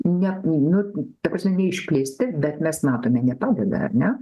ne nu ta prasme neišplėsti bet mes matome nepradeda ar ne